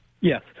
Yes